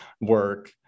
work